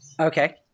Okay